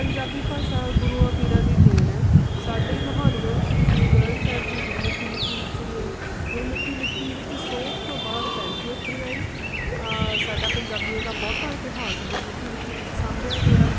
ਪੰਜਾਬੀ ਭਾਸ਼ਾ ਗੁਰੂਆਂ ਪੀਰਾਂ ਦੀ ਦੇਣ ਹੈ ਸਾਡੇ ਮਹਾਨ ਗ੍ਰੰਥ ਸ਼੍ਰੀ ਗੁਰੂ ਗ੍ਰੰਥ ਸਾਹਿਬ ਜੀ ਗੁਰਮੁਖੀ ਲਿਪੀ ਵਿੱਚ ਹੀ ਹੈ ਗੁਰਮੁਖੀ ਲਿਪੀ ਵਿੱਚ ਸੋਧ ਤੋਂ ਬਾਅਦ ਪੈਂਤੀ ਅੱਖਰੀ ਆਈ ਸਾਡਾ ਪੰਜਾਬੀਆਂ ਦਾ ਬਹੁਤਾ ਇਤਿਹਾਸ ਗੁਰਮੁਖੀ ਲਿਪੀ ਵਿੱਚ ਸਾਂਭਿਆ ਗਿਆ